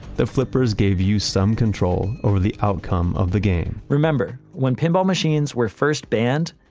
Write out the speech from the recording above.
the flippers gave you some control over the outcome of the game remember, when pinball machines were first banned,